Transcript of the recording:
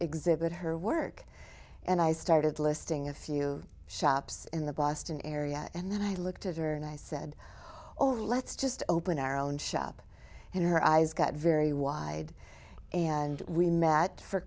exhibit her work and i started listing a few shops in the boston area and then i looked at her and i said oh let's just open our own shop and her eyes got very wide and we met for